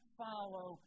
follow